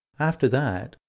after that,